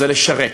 זה לשרת.